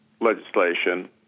legislation